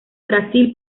brasil